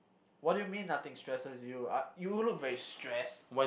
what do you mean nothing stresses you uh you look very stressed